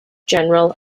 general